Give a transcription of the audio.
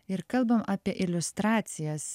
ir kalbam apie iliustracijas